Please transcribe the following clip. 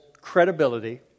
credibility